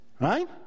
Right